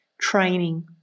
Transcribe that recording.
training